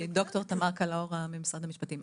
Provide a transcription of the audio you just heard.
אני ד"ר תמר קלהורה, ממשרד המשפטים.